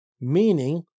meaning